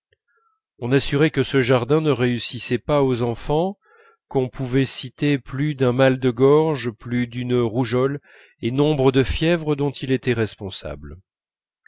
on assurait que ce jardin ne réussissait pas aux enfants qu'on pouvait citer plus d'un mal de gorge plus d'une rougeole et nombre de fièvres dont il était responsable